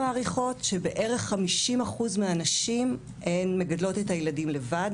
מעריכות שבערך 50% מהנשים הן מגדלות את הילדים לבד,